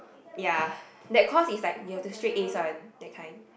ya that course is like you have to straight Ace one that kind